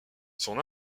son